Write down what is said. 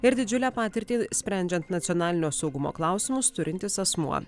ir didžiulę patirtį sprendžiant nacionalinio saugumo klausimus turintis asmuo